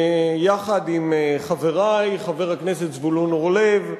יחד עם חברי חבר הכנסת זבולון אורלב,